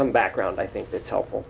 some background i think that's helpful